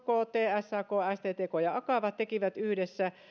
kt sak sttk ja akava tekivät yhdessä